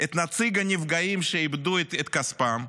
את נציג הנפגעים שאיבדו את כספם,